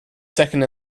second